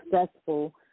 successful